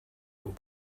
all